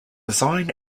design